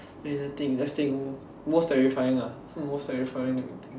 let's think most terrifying ah most terrifying